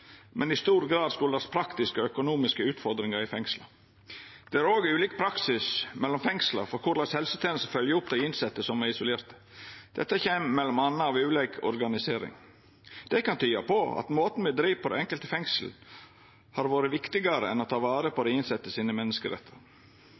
men i stor grad kjem av praktiske og økonomiske utfordringar i fengsla. Det er òg ulik praksis mellom fengsla for korleis helsetenesta følgjer opp dei innsette som er isolerte. Det kjem m.a. av ulik organisering. Det kan tyda på at måten me driv det enkelte fengselet på, har vore viktigare enn å ta vare på